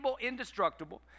indestructible